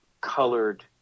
colored